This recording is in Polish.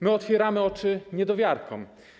My otwieramy oczy niedowiarkom.